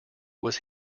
was